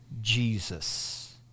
Jesus